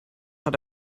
hat